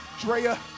drea